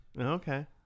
okay